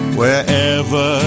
wherever